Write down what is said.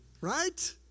right